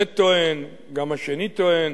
זה טוען, גם השני טוען,